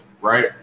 right